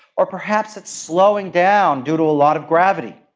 or perhaps it's slowing down due to a lot of gravity.